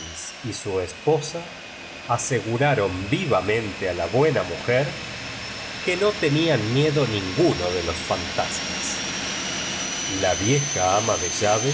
y sti es posa aseguraron vivamente a la buena mu jer que no tenían miedo ninguno de los fan tasmas la vieja ama de llave